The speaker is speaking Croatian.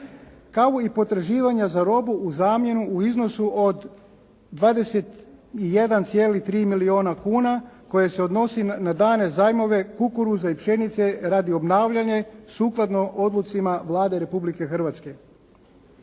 kao i potraživanja za robu u zamjenu u iznosu od 21,3 milijuna kuna koje se odnosi na dane zajmove kukuruza i pšenice radi obnavljanja sukladno odlucima Vlade Republike Hrvatske.